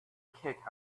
kick